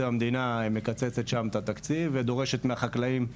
המדינה מקצצת שם את התקציב ודורשת מהחקלאים,